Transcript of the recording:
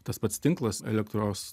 tas pats tinklas elektros